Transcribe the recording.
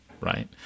right